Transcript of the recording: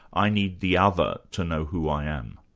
i need the other to know who i am.